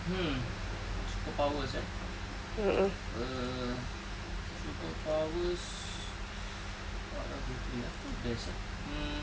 hmm superpowers eh err superpowers what are the three eh apa best eh mm